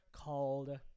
called